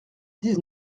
dix